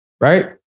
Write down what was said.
Right